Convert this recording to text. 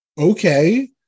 okay